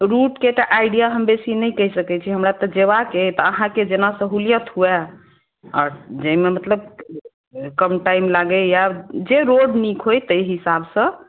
route के तऽ idea हम बेसी नहि कहि सकै छी हमरा तऽ जेबाक अय तऽ अहाँके जेना सहूलियत होअ आर उज्जैन मे मतलब कभीकाल एहन लागैया जे रोड नीक होई तै हिसाब सॅं